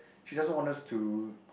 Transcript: she doesn't want us to